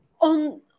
on